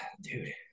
dude